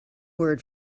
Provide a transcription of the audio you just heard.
word